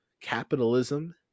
capitalism